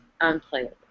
unplayable